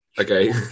Okay